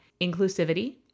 inclusivity